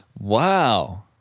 Wow